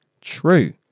true